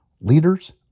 Leaders